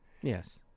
Yes